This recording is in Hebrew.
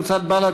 קבוצת בל"ד,